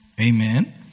Amen